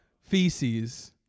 feces